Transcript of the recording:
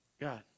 God